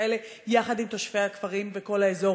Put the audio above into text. שכאלה יחד עם תושבי הכפרים וכל האזור.